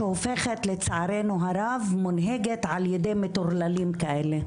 שהופכת לצערנו הרב מונהגת על ידי מטורללים כאלה,